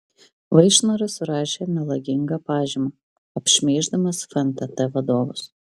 vaišnoras surašė melagingą pažymą apšmeiždamas fntt vadovus